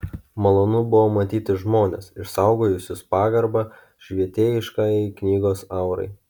malonu buvo matyti žmones išsaugojusius pagarbą švietėjiškajai knygos aurai